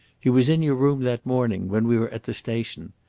he was in your room that morning, when we were at the station.